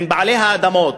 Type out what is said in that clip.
עם בעלי האדמות,